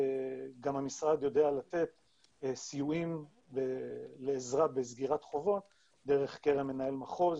גם המשרד יודע לתת סיוע לעזרה בסגירת חובות דרך קרן מנהל מחוז,